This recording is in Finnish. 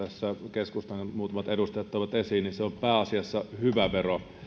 keskustan muutamat edustajat toivat esiin pääasiassa hyvä vero